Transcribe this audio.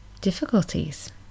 difficulties